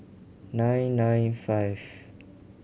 nine nine five